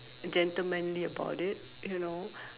gentlemanly about it you know